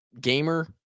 gamer